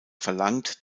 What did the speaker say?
verlangt